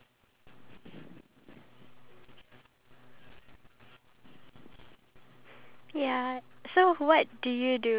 I feel like the fact that everybody only has one life to live so we should just eat and drink